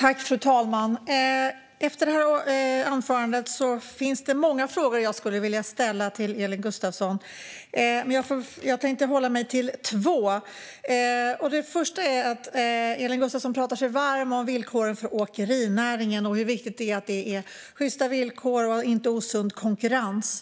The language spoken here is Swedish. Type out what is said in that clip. Fru talman! Efter det anförandet finns det många frågor jag skulle vilja ställa till Elin Gustafsson. Jag tänkte dock hålla mig till två. Elin Gustafsson pratar sig varm om villkoren för åkerinäringen och vikten av att det är sjysta villkor och inte osund konkurrens.